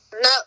No